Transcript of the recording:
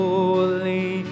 Holy